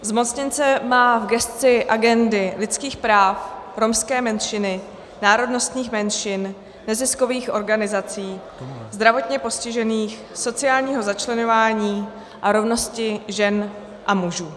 Zmocněnec má v gesci agendy lidských práv, romské menšiny, národnostních menšin, neziskových organizací, zdravotně postižených, sociálního začleňování a rovnosti žen a mužů.